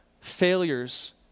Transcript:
failures